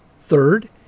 Third